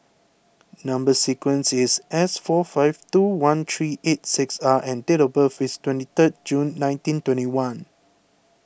Number Sequence is S four five two one three eight six R and date of birth is twenty third June nineteen twenty one